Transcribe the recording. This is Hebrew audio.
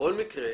בכל מקרה,